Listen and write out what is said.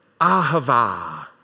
Ahava